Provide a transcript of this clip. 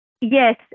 Yes